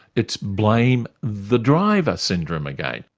it's blame the driver syndrome again.